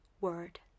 word